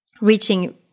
reaching